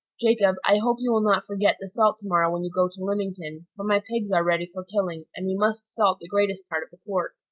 jacob, i hope you will not forget the salt to-morrow when you go to lymington, for my pigs are ready for killing, and we must salt the greatest part of the pork.